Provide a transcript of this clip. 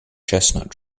chestnut